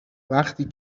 وفتی